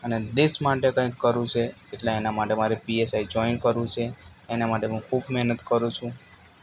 અને દેશ માટે કંઈક કરવું છે એટલે એના માટે મારે પીએસઆઈ જોઇન કરવું છે એના માટે હું ખૂબ મહેનત કરું છું